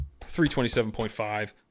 327.5